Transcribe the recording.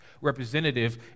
representative